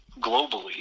globally